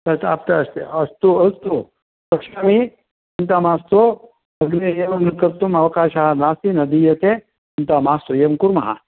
तथाप्यस्ति अस्तु अस्तु पश्यामि चिन्ता मास्तु अग्रे एवं कर्तुम् अवकाशः नास्ति न दीयते चिन्ता मास्तु एवं कुर्मः